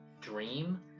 dream